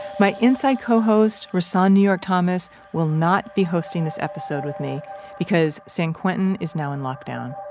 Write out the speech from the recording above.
my inside co-host rahsaan new york thomas will not be hosting this episode with me because san quentin is now in lockdown.